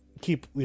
keep